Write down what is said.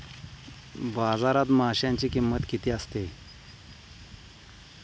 बाजारात माशांची किंमत किती असते?